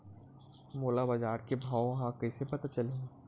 मोला बजार के भाव ह कइसे पता चलही?